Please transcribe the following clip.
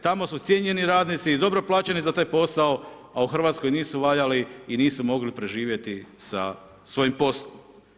Tamo su cijenjeni radnici i dobro plaćeni za taj posao, a u RH nisu valjali i nisu mogli preživjeti sa svojim poslom.